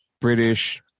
British